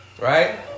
right